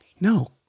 No